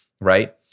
right